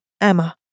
Emma